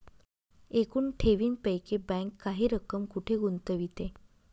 एकूण ठेवींपैकी बँक काही रक्कम कुठे गुंतविते?